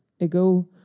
ago